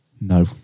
No